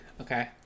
okay